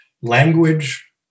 Language